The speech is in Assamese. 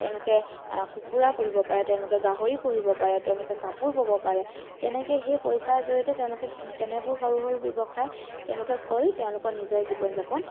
তেওঁলোকে কুকুৰা পুহিব পাৰে তেওঁলোকে গাহৰী পুহিব পাৰে তেওঁলোকে কাপোৰ বব পাৰে তেনেকৈয়ে সেই পইচাৰ জৰিয়তে তেওঁলোকে তেনেবোৰ সৰু সৰু ব্যৱসায় তেওঁলোকে কৰি তেওঁলোকৰ নিজৰ জীৱন যাপন